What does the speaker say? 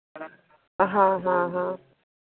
हाँ हाँ हाँ